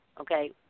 okay